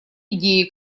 идеи